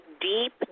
deep